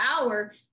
hour